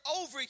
over